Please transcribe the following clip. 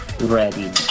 ready